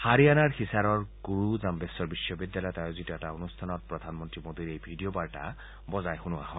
হাৰিয়ানাৰ হিছাৰৰ গুৰু জাম্বেশ্বৰ বিশ্ববিদ্যালয়ত আয়োজিত এটা অনুষ্ঠানত প্ৰধানমন্ত্ৰী মোদীৰ এই ভিডিঅ' বাৰ্তা বজোৱা হয়